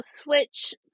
switch